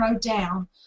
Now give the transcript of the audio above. down